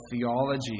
theology